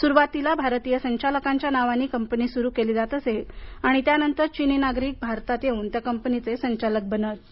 सुरुवातीला भारतीय संचालकांच्या नावांनी कंपनी सुरू केली जात असे त्यानंतर चीनी नागरिक भारतात येऊन त्या कंपनीचे संचालक बनत असत